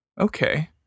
okay